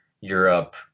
Europe